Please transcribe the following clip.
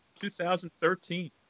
2013